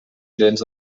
clients